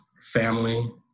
family